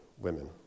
women